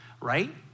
Right